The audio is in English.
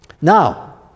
Now